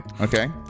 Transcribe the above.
Okay